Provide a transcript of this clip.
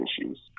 issues